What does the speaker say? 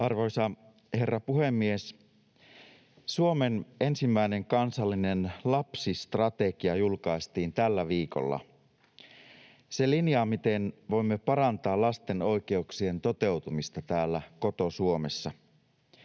Arvoisa herra puhemies! Suomen ensimmäinen kansallinen lapsistrategia julkaistiin tällä viikolla. Se linjaa, miten voimme parantaa lasten oikeuksien toteutumista täällä koto-Suomessa.